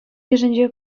йышӗнче